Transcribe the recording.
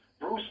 Bruce